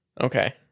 Okay